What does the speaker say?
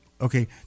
Okay